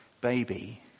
baby